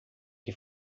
que